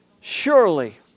Surely